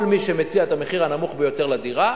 כל מי שמציע את המחיר הנמוך ביותר לדירה,